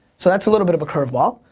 so that's a little bit of a curve ball.